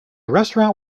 restaurant